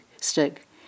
Stick